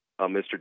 Mr